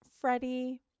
Freddie